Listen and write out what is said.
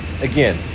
Again